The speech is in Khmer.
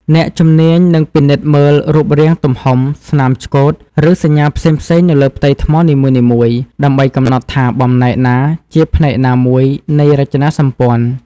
អ្នកជំនាញនឹងពិនិត្យមើលរូបរាង ទំហំ ស្នាមឆ្កូត ឬសញ្ញាផ្សេងៗនៅលើផ្ទៃថ្មនីមួយៗ ដើម្បីកំណត់ថាបំណែកណាជាផ្នែកណាមួយនៃរចនាសម្ព័ន្ធ។